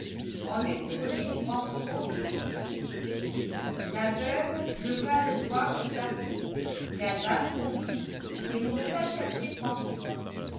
en une tournée nous rentrerons tout ici la veuve leva le doigt au plafond calebasse comprit et monta chercher françois